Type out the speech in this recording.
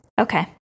Okay